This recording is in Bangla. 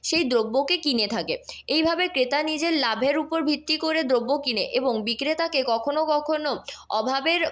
সেই দ্রব্যকে কিনে থাকে এইভাবে ক্রেতা নিজের লাভের উপর ভিত্তি করে দ্রব্য কেনে এবং বিক্রেতাকে কখনো কখনো অভাবের